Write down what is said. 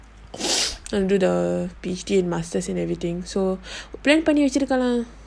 under the P_H_D and masters and everything so பண்ணிவச்சிருக்கலாம்:panni vachirukalam